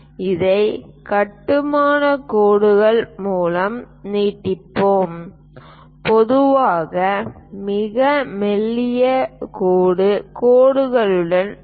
இதை கட்டுமானக் கோடுகள் மூலம் நீட்டிப்போம் பொதுவாக மிக மெல்லிய கோடு கோடுகளுடன் செல்கிறோம்